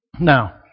Now